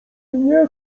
nie